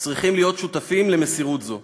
צריכים להיות שותפים למסירות זו.